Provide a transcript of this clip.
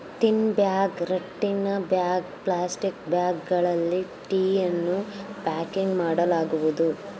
tin bag, ರಟ್ಟಿನ bag, plastic ಬ್ಯಾಗ್ಗಳಲ್ಲಿ ಟೀಯನ್ನು ಪ್ಯಾಕಿಂಗ್ ಮಾಡಲಾಗುವುದು